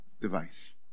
device